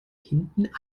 hinten